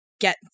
get